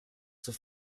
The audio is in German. zur